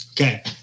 Okay